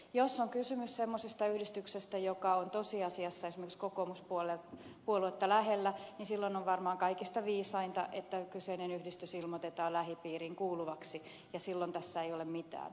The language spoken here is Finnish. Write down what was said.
jos on kysymys semmoisesta yhdistyksestä joka on tosiasiassa esimerkiksi kokoomuspuoluetta lähellä niin silloin on varmaan kaikista viisainta että kyseinen yhdistys ilmoitetaan lähipiiriin kuuluvaksi ja silloin tässä ei ole mitään ongelmaa